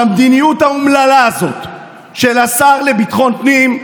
המדיניות האומללה הזאת של השר לביטחון הפנים,